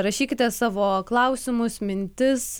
rašykite savo klausimus mintis